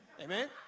Amen